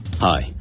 Hi